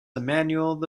emmanuel